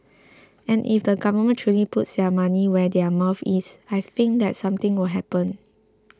and if the government truly puts their money where their mouth is I think that something will happen